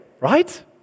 right